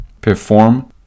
perform